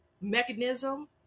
mechanism